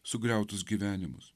sugriautus gyvenimus